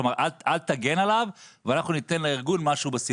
כלומר אל תגן עליו ואנחנו ניתן לארגון משהו.